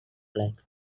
like